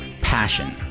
passion